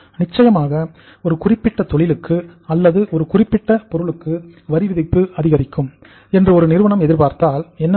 நிச்சயமாக ஒரு குறிப்பிட்ட தொழிலுக்கு அல்லது ஒரு குறிப்பிட்ட பொருளுக்கு வரிவிதிப்பு அதிகரிக்கும் என்று ஒரு நிறுவனம் எதிர்பார்த்தால் என்ன நடக்கும்